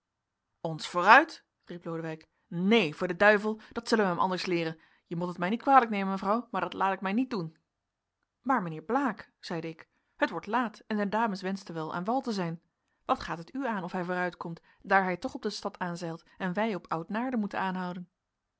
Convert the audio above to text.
ons vooruit riep lodewijk neen voor den d dat zullen wij hem anders leeren je mot het mij niet kwalijk nemen mevrouw maar dat laat ik mij niet doen maar mijnbeer blaek zeide ik het wordt laat en de dames wenschten wel aan wal te zijn wat gaat het u aan of hij vooruit komt daar hij toch op de stad aanzeilt en wij op oud naarden moeten aanhouden